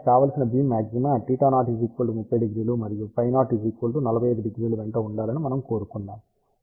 కాబట్టి కావలసిన beam maxima θ0 300 మరియు φ0 450 వెంట ఉండాలని మనము కోరుకుందాం